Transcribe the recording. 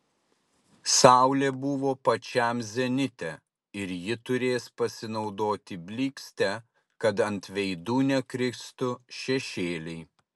saulė buvo pačiam zenite ir ji turės pasinaudoti blykste kad ant veidų nekristų šešėliai